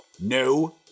No